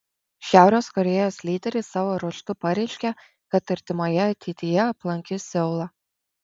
šiaurės korėjos lyderis savo ruožtu pareiškė kad artimoje ateityje aplankys seulą